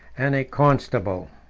and a constable.